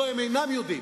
לא, הם אינם יודעים.